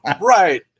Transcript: Right